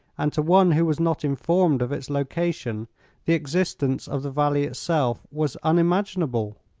and to one who was not informed of its location the existence of the valley itself was unimaginable.